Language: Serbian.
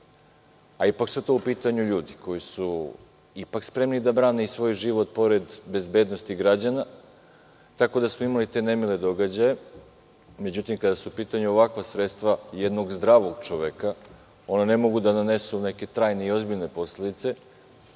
Ipak su tu u pitanju ljudi koji su spremni da brane svoj život, pored bezbednosti građana, tako da smo imali te nemile događaje.Međutim, kada su u pitanju ovakva sredstva jednog zdravog čoveka, ona ne mogu da nanesu neke trajne i ozbiljne posledice.